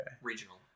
Regional